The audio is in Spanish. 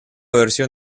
versión